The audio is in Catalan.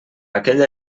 aquella